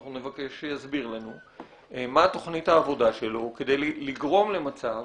אנחנו נבקש שיסביר לנו מה תכנית העבודה שלו כדי לגרום למצב